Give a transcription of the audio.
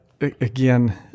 Again